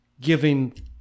giving